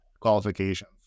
qualifications